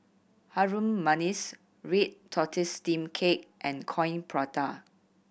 Harum Manis red tortoise steamed cake and Coin Prata